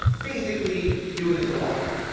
basically doing this a while.